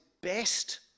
best